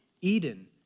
Eden